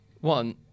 one